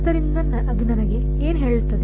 ಆದ್ದರಿಂದ ಅದು ನನಗೆ ಏನು ಹೇಳುತ್ತದೆ